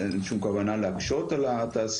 אין לנו שום כוונה להקשות על התעשייה,